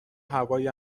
هوایی